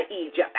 Egypt